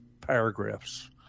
paragraphs